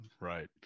Right